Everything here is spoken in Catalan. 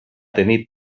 tenir